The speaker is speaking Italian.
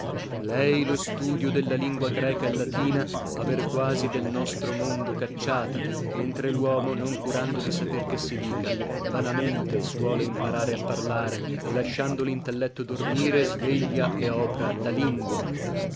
lei lo studio della lingua greca e latina aver quasi del nostro mondo cacciata mentre luomo non curando di saper che si dica vanamente suole imparare a parlare e lasciando lintelletto dormire sveglia e opra la lingua